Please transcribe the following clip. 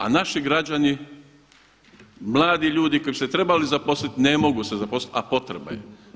A naši građani, mladi ljudi koji bi se trebali zaposliti, ne mogu se zaposliti, a potreba je.